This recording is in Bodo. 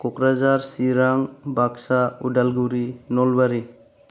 क'कराझार चिरां बाक्सा उदालगुरि नलबारि